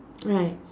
right